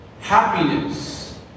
happiness